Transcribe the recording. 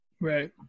right